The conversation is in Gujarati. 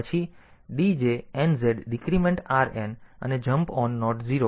પછી DJNZ ડીક્રીમેન્ટ આરએન અને જમ્પ ઓન નોટ 0